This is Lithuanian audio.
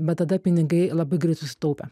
bet tada pinigai labai greit susitaupė